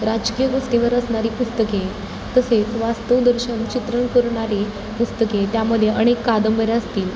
राजकीय गोष्टीवर असणारी पुस्तके तसेच वास्तवदर्शन चित्रण करणारी पुस्तके त्यामध्ये अनेक कादंबऱ्या असतील